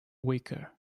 weaker